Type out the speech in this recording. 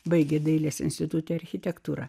baigė dailės institute architektūrą